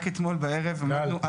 רק אתמול בערב אנחנו --- גל,